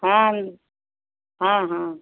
हाँ हाँ हाँ